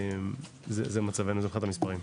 אז זה מצבנו מבחינת המספרים.